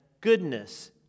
goodness